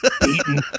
beaten